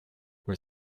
were